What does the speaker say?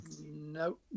No